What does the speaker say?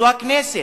זו הכנסת.